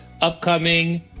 upcoming